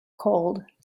cold